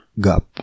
gap